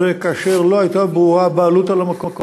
כאשר לא הייתה ברורה הבעלות על המקום.